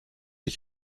ich